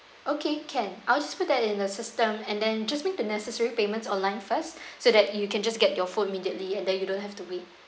okay can I will just put that in the system and then just make the necessary payments online first so that you can just get your phone immediately and then you don't have to wait